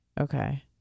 Okay